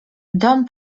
dom